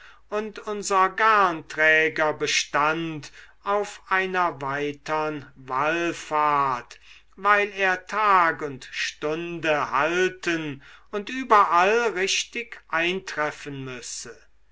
und unser garnträger bestand auf einer weitern wallfahrt weil er tag und stunde halten und überall richtig eintreffen müsse